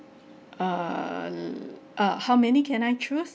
err uh how many can I choose